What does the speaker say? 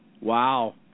Wow